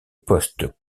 poste